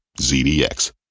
ZDX